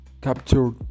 captured